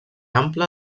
ample